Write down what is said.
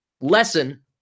Lesson